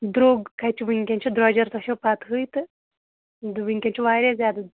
درٛۅگ کَتہِ چھُ وُنکٮ۪ن چھُ درٛۅجر تۄہہِ چھَو پتہٕ ہٕے تہٕ وُنکٮ۪ن چھُ واریاہ زیادَے